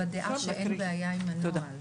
בדעה שאין בעיה עם הנוהל,